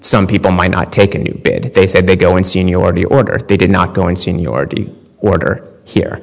some people might not take a new bid they said they go in seniority order they did not going seniority order here